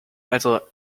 also